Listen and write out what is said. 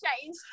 change